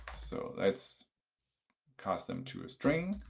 so let's cast them to a string.